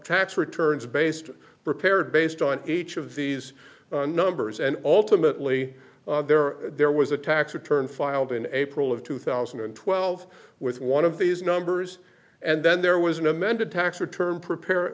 tax returns based prepared based on each of these numbers and ultimately there there was a tax return filed in april of two thousand and twelve with one of these numbers and then there was an amended tax return prepare